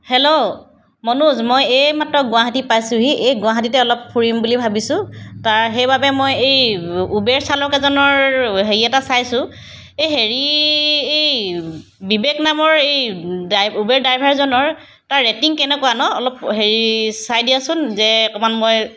hello Manoj মই এইমাত্ৰ গুৱাহাটী পাইছোহি এই গুৱাহাটীতে অলপ ফুৰিম বুলি ভাবিছো তাৰ সেইবাবে মই এই উবেৰ চালক এজনৰ হেৰি এটা চাইছো এই হেৰি এই বিবেক নামৰ এই ডাই উবেৰ ড্ৰাইভাৰজনৰ তাৰ ৰেটিং কেনেকুৱানো অলপ হেৰি চাই দিয়াচোন যে অকণমান মই